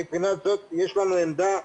מבחינה זאת יש לנו עמדה,